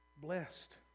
Blessed